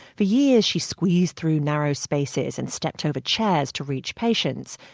for years, she squeezed through narrow spaces and stepped over chairs to reach patients.